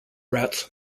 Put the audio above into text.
rats